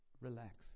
relax